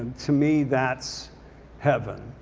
to me that's heaven.